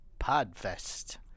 Podfest